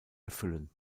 erfüllen